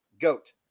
Goat